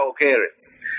occurrence